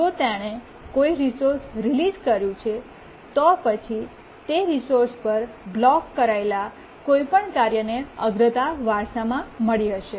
જો તેણે કોઈ રિસોર્સ રિલીસ કર્યું છે તો પછી તે રિસોર્સ પર બ્લોક કરાયેલ કોઈપણ કાર્યને અગ્રતા વારસામાં મળી હશે